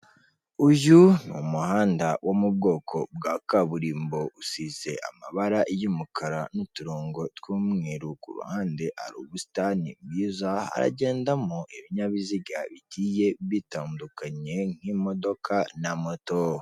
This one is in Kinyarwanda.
Uyu ni umuhanda wo mu bwoko bwa kaburimbo usize amabara y'umukara n'uturongo tw'umweru ku ruhande ubusitani bwiza, hagendamo ibinyabiziga bigiye bitandukanye nk'imodoka na moto.